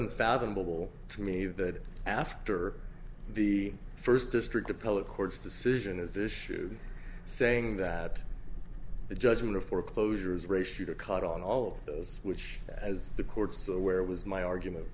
unfathomable to me that after the first district appellate court's decision is issued saying that the judgment of foreclosures ratio caught on all of those which as the court's aware was my argument